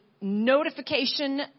notification